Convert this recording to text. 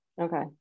Okay